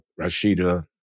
Rashida